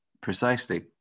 Precisely